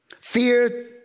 fear